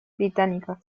británica